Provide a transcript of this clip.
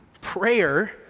Prayer